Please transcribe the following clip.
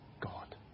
God